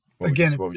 again